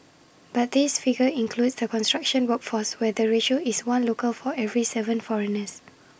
but this figure includes the construction workforce where the ratio is one local for every Seven foreigners